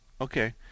okay